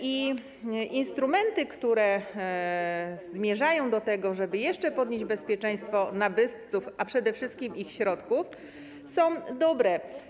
Instrumenty, które zmierzają do tego, żeby jeszcze podnieść bezpieczeństwo nabywców, a przede wszystkim ich środków, są dobre.